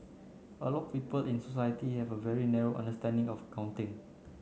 a lot of people in society have a very narrow understanding of accounting